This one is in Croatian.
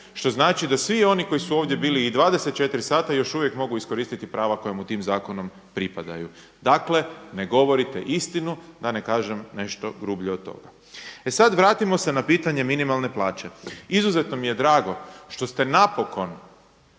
što znači da svi oni koji su ovdje bili i 24 sata još uvijek mogu iskoristiti prava koja mu tim zakonom pripadaju. Dakle, ne govorite istinu, da ne kažem nešto grublje od toga. E sad vratimo se na pitanje minimalne plaće. Izuzetno mi je drago što ste napokon